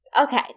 Okay